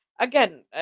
Again